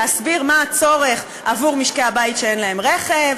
להסביר מה הצורך עבור משקי-הבית שאין להם רכב,